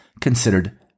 considered